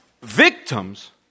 Victims